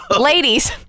ladies